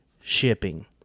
shipping